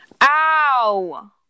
Ow